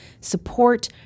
support